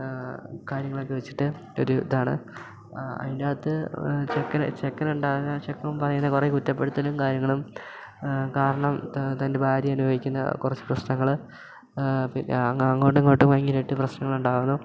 കാര്യങ്ങളൊക്കെ വെച്ചിട്ട് ഒരു ഇതാണ് അതിനകത്ത് ചെക്കന് ചെക്കനുണ്ടാകുന്ന ചെക്കനും പറയുന്ന കുറേ കുറ്റപ്പെടുത്തലും കാര്യങ്ങളും കാരണം തൻ്റെ ഭാര്യ അനുഭവിക്കുന്ന കുറച്ച് പ്രശ്നങ്ങൾ അങ്ങോട്ടും ഇങ്ങോട്ടും ഭയങ്കരമായിട്ട് പ്രശ്നങ്ങളുണ്ടാവുന്നു